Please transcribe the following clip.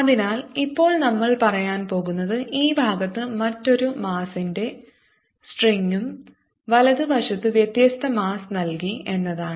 അതിനാൽ ഇപ്പോൾ നമ്മൾ പറയാൻ പോകുന്നത് ഈ ഭാഗത്ത് മറ്റൊരു മാസ്സ്ന്റെ സ്ട്രിംഗും വലതുവശത്ത് വ്യത്യസ്ത മാസ്സ് നൽകി എന്നതാണ്